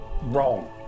wrong